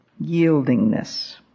yieldingness